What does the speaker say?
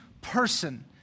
person